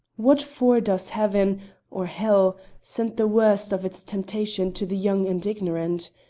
what for does heaven or hell send the worst of its temptations to the young and ignorant?